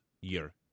year